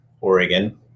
Oregon